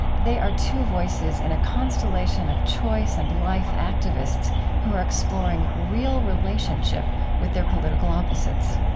they are two voices in a constellation of choice and life activists who are exploring real relationship with their political opposites